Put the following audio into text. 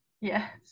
Yes